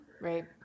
Right